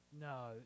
No